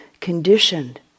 conditioned